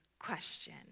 question